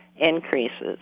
increases